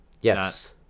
Yes